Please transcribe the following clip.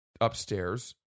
upstairs